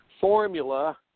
formula